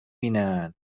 بینن